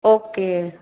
okay